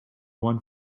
one